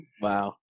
Wow